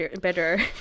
better